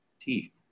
teeth